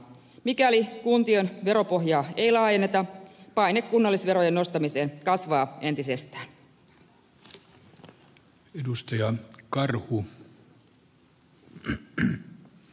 mikäli kuntien veropohjaa ei laajenneta paine kunnallisverojen nostamiseen kasvaa entisestään